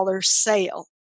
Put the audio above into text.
sale